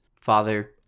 father